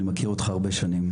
אני מכיר אותך הרבה שנים,